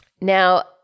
Now